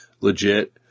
legit